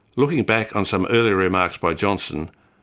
looking back on some early remarks by johnson,